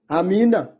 Amina